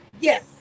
yes